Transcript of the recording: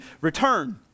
Return